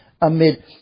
amid